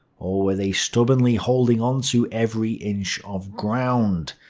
or were they stubbornly holding onto every inch of ground?